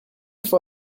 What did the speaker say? for